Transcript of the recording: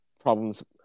problems